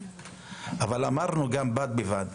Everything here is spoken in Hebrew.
אבל אמרנו גם בד בבד,